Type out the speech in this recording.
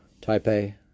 Taipei